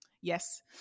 Yes